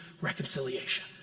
reconciliation